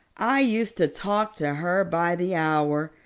i used to talk to her by the hour,